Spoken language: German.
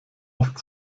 oft